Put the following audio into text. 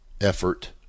effort